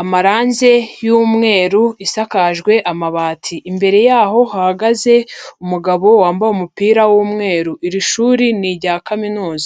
amarange y'umweru isakajwe amabati, imbere yaho hahagaze umugabo wambaye umupira w'umweru, iri shuri ni irya kaminuza.